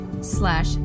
slash